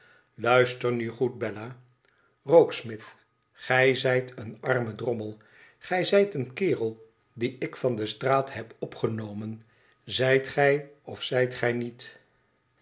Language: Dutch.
luister nu goed toe bella rokesmith gij zijt een arme drommel gij zijt een kerel dien ik van de straat heb opgenomen zijt gij of zijt gij niet